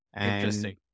Interesting